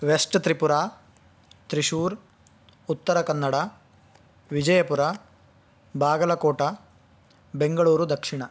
waste Tripura Thrissur Uttara Kannada Vijayapura Bagalkot Bengaluru दक्षिण